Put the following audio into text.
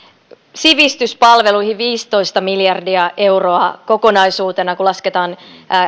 sivistyspalveluihin viisitoista miljardia euroa kokonaisuutena kun lasketaan